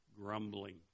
grumbling